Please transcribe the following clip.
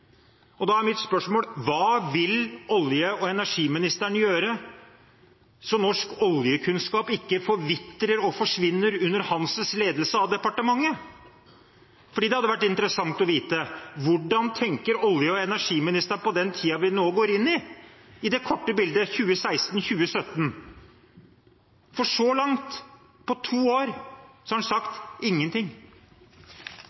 til. Da er mitt spørsmål: Hva vil olje- og energiministeren gjøre så norsk oljekunnskap ikke forvitrer og forsvinner under hans ledelse av departementet? Det hadde vært interessant å få vite: Hvordan tenker olje- og energiministeren på den tiden vi nå går inn i, i det korte bildet 2016–2017? For så langt, på to år, har han sagt ingenting.